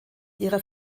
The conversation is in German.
ihrer